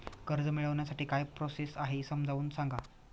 कर्ज मिळविण्यासाठी काय प्रोसेस आहे समजावून सांगा